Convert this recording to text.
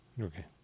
Okay